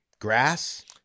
grass